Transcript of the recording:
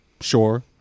sure